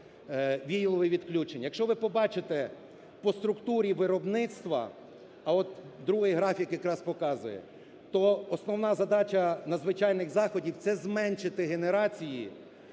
вієрові відключення. Якщо ви побачите по структурі виробництва, а от другий графі якраз і показує, то основна задача надзвичайних заходів – це зменшити генерації,